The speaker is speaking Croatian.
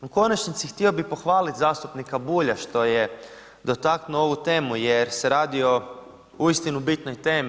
I, u konačnici, htio bih pohvaliti zastupnika Bulja što je dotaknuo ovu temu jer se radi o uistinu bitnoj temi.